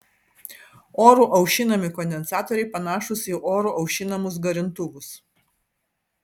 oru aušinami kondensatoriai panašūs į oru aušinamus garintuvus